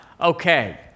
okay